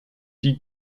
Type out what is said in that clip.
die